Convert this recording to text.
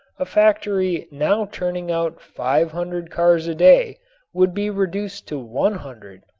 a factory now turning out five hundred cars a day would be reduced to one hundred.